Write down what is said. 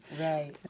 Right